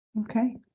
Okay